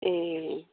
एह